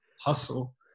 hustle